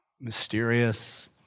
mysterious